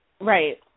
Right